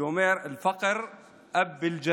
שאומר (אומר בערבית ומתרגם:)